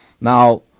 Now